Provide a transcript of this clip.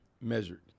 measured